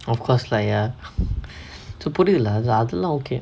of course lah ya so புரிது:purithu lah அது அதுலா:athu athulaa okay